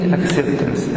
acceptance